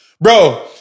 Bro